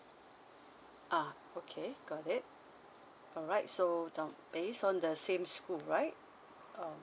ah okay okay got it alright now based on the same school right um